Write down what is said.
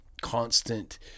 constant